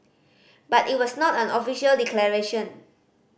but it was not an official declaration